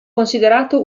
considerato